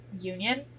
union